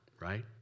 right